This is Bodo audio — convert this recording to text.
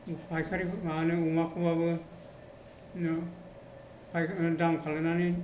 फायखारि माबानो अमाखौबाबो बिदिनो दाम खालामनानै